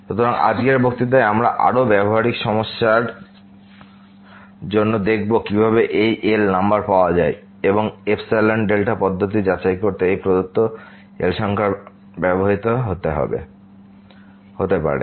সুতরাং আজকের বক্তৃতায় আমরা আরো ব্যবহারিক সমস্যার জন্য দেখবো যে কিভাবে এই L নম্বর পাওয়া যায় এবং এপসাইলন ডেল্টা পদ্ধতির যাচাই করতে এই প্রদত্ত L সংখ্যার ব্যবহৃত হতে পারে